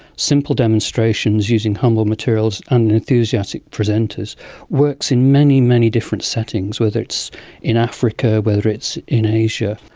simple demonstrations using humble materials and enthusiastic presenters works in many, many different settings, whether it's in africa, whether it's in asia.